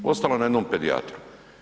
Ostalo na jednom pedijatru.